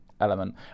element